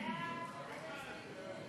עמר בר-לב, יחיאל חיליק